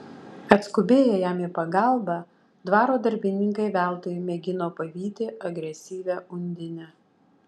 atskubėję jam į pagalbą dvaro darbininkai veltui mėgino pavyti agresyvią undinę